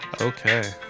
Okay